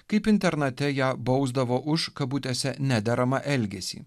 kaip internate ją bausdavo už kabutėse nederamą elgesį